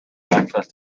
access